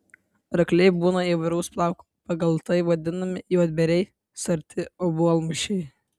arkliai būna įvairaus plauko pagal tai vadinami juodbėriai sarti obuolmušiai